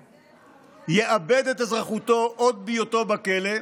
יאבד את אזרחותו עוד בהיותו בכלא,